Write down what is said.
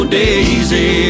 daisy